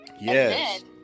Yes